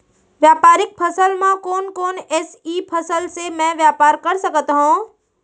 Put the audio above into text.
व्यापारिक फसल म कोन कोन एसई फसल से मैं व्यापार कर सकत हो?